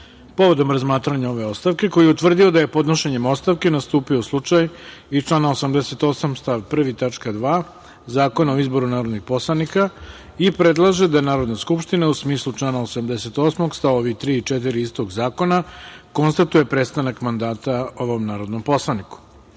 povodom razmatranja ove ostavke, koji je utvrdio da je podnošenjem ostavke nastupio slučaj iz člana 88. stav 1. tačka 2) Zakona o izboru narodnih poslanika i predlaže da Narodna skupština, u smislu člana 88. st. 3. i 4. istog zakona, konstatuje prestanak mandata ovom narodnom poslaniku. Saglasno